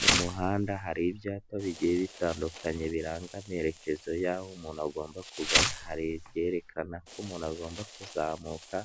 Mu muhanda hari ibyapa bigiye bitandukanye biranga amerekezo y'aho umuntu agomba kugana hari ibyerekana ko umuntu agomba kuzamuka,